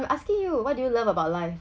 I'm asking you what do you love about life